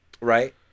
Right